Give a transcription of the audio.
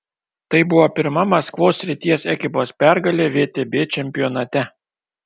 tai buvo pirma maskvos srities ekipos pergalė vtb čempionate